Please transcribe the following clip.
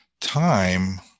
time